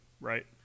right